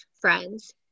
friends